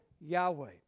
Yahweh